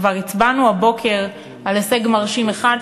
כבר הצבענו הבוקר על הישג מרשים אחד,